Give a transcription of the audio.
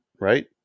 right